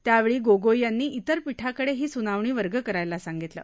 त्यावेळी गोगोई यांनी त्रिर पीठाकडे ही सुनावणी वर्ग करायला सांगितलं